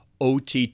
OTT